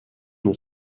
nom